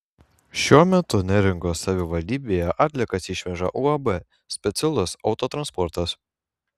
šiuo metu neringos savivaldybėje atliekas išveža uab specialus autotransportas